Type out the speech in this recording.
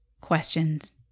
questions